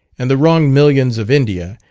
and the wronged millions of india,